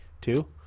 Two